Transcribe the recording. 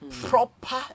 proper